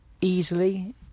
easily